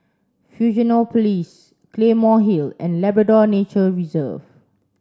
Fusionopolis Place Claymore Hill and Labrador Nature Reserve